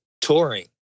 touring